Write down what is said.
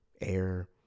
air